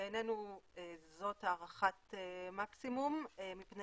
בעינינו זאת הערכת מקסימום מפני